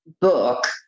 book